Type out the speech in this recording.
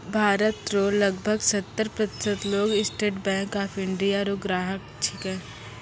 भारत रो लगभग सत्तर प्रतिशत लोग स्टेट बैंक ऑफ इंडिया रो ग्राहक छिकै